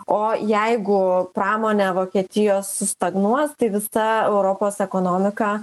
o jeigu pramonė vokietijos stagnuos tai visa europos ekonomika